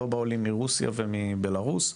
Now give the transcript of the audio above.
לא בעולים מרוסיה ומבלרוס.